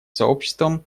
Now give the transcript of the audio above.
сообществом